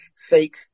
fake